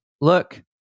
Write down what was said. look